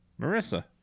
Marissa